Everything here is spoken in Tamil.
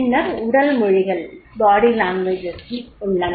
பின்னர் உடல் மொழிகள் உள்ளன